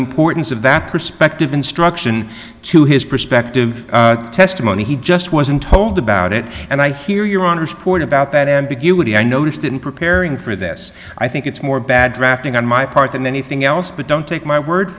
importance of that prospective instruction to his prospective testimony he just wasn't told about it and i hear your honor's point about that ambiguity i noticed in preparing for this i think it's more bad drafting on my part than anything else but don't take my word